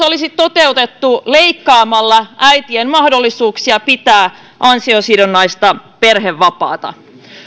olisi toteutettu leikkaamalla äitien mahdollisuuksia pitää ansiosidonnaista perhevapaata